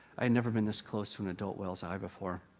i'd never been this close to an adult whale's eye before.